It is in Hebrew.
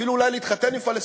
אולי אפילו להתחתן עם פלסטיני,